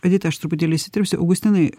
edita aš truputėlį įsiterpsiu augustinai